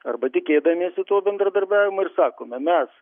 arba tikėdamiesi to bendradarbiavimo ir sakome mes